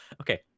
Okay